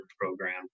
program